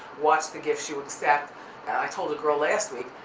watch the gifts you accept. and i told a girl last week,